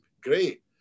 great